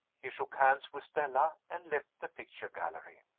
he shook hands with stella, and left the picture gallery.